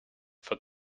for